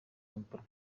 kampala